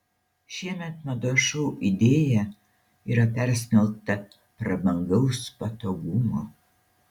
šiemet mados šou idėja yra persmelkta prabangaus patogumo